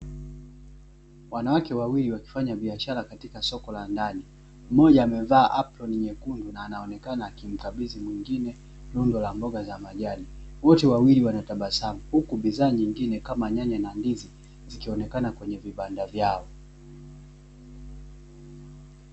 Wanawake wawili wakifanya biashara katika soko la ndani, mmoja amevaa aproni nyekundu na anaonekana akimkabidhi mwingine lundo la mboga za majani, wote wawili wanatabasamu huku bidhaa nyingine kama nyanya na ndizi zikionekana kwenye vibanda vyao.